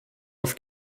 auf